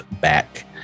back